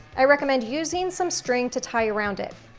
i recommend using some string to tie around it.